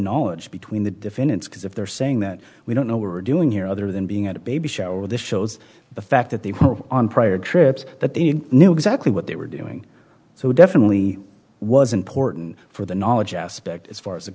knowledge between the defendants because if they're saying that we don't know what we're doing here other than being at a baby shower this shows the fact that they hold on prior trips that they knew exactly what they were doing so definitely wasn't porton for the knowledge aspect as far as the